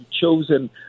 chosen